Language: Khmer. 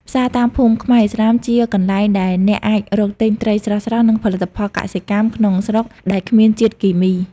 ផ្សារតាមភូមិខ្មែរឥស្លាមជាកន្លែងដែលអ្នកអាចរកទិញត្រីស្រស់ៗ និងផលិតផលកសិកម្មក្នុងស្រុកដែលគ្មានជាតិគីមី។